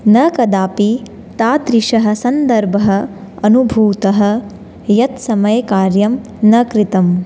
न कदापि तादृशः सन्दर्भः अनुभूतः यत्समये कार्यं न कृतं